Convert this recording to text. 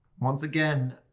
once again,